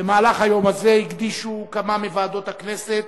במהלך היום הזה הקדישו כמה מוועדות הכנסת